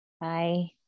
Bye